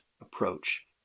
approach